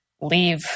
leave